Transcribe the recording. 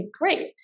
great